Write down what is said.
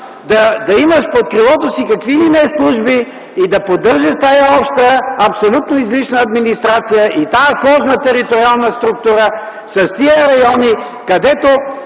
да имаш под крилото си какви ли не служби, и да поддържаш тази обща абсолютно излишна администрация, и тази сложна териториална структура в тези райони, където